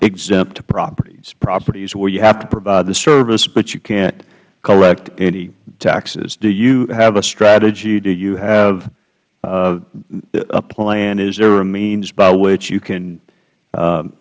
exempt properties properties where you have to provide the service but you can't collect any taxes do you have a strategy do you have a plan is there a means by which you can